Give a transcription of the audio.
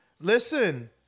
listen